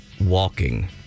walking